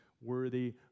worthy